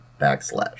Backslash